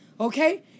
Okay